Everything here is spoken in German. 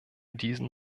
diesen